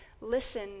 Listen